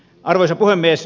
arvoisa puhemies